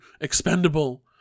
expendable